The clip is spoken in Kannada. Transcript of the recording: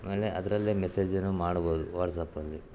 ಆಮೆಲೆ ಅದರಲ್ಲೇ ಮೆಸೇಜನ್ನು ಮಾಡ್ಬೋದು ವಾಟ್ಸಪ್ಪಲ್ಲಿ